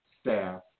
staff